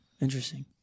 Interesting